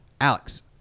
Alex